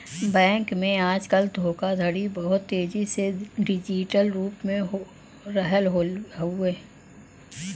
bank में आजकल धोखाधड़ी बहुत तेजी से डिजिटल रूप में हो रहल हउवे